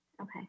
Okay